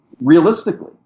realistically